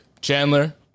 Chandler